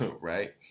right